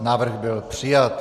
Návrh byl přijat.